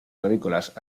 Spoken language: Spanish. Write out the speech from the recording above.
agrícolas